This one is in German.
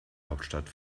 hauptstadt